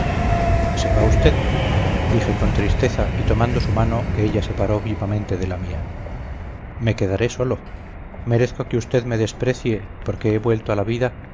se va usted dije con tristeza y tomando su mano que ella separó vivamente de la mía me quedaré solo merezco que usted me desprecie porque he vuelto a la vida